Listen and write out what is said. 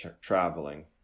traveling